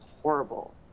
Horrible